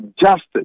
justice